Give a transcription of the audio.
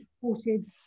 supported